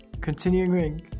Continuing